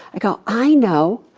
i go, i know.